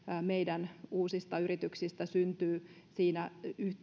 meidän uusista yrityksistämme syntyy jo nyt siinä